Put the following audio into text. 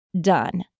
done